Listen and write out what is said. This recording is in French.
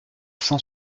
cent